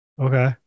Okay